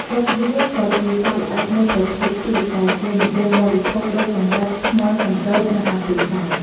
ឌុកឌឿ ក៏ជាសត្វល្អិតមួយប្រភេទទៀតដែលគេនិយមបរិភោគ ដូចចង្រិត ខ្មុល កណ្ដូប និងអាពីងដែរ។